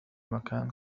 مكان